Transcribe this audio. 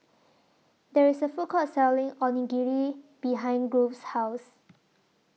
There IS A Food Court Selling Onigiri behind Grove's House